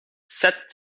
set